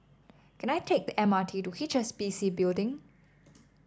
can I take the M R T to H S B C Building